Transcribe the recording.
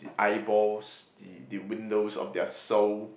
eyeballs the the windows of their soul